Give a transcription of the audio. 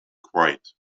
quiet